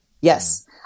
Yes